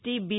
T be